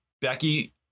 Becky